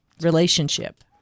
Relationship